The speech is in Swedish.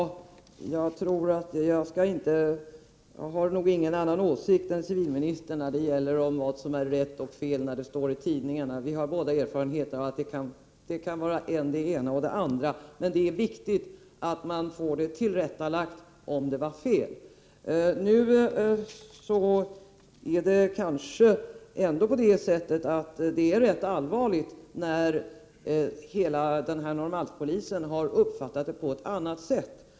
Herr talman! Jag har inte någon annan åsikt än civilministern när det gäller vad som är rätt eller fel i tidningarna. Vi har båda erfarenheter av att det kan vara än det ena och än det andra. Men det är viktigt att om något är fel skall man få det tillrättalagt. Det är ganska allvarligt när hela Norrmalmspolisen har uppfattat situationen på ett annat sätt.